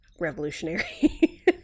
revolutionary